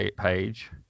page